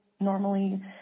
normally